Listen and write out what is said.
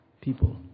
people